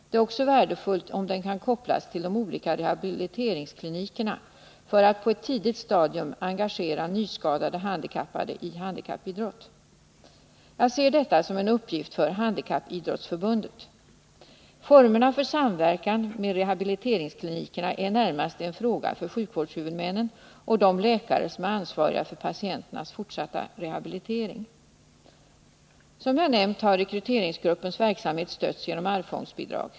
Det är också värdefullt om den kan kopplas till de olika rehabiliteringsklinikerna för att på ett tidigt stadium engagera nyskadade handikappade i handikappidrott. Jag ser detta som en uppgift för Handikappidrottsförbundet. Formerna för samverkan med rehabiliteringsklinikerna är närmast en fråga för sjukvårdshuvudmännen och de läkare som är ansvariga för patienternas fortsatta rehabilitering. Som jag nämnt har rekryteringsgruppens verksamhet stötts genom arvsfondsbidrag.